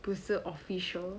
不是 official